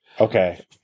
Okay